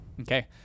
okay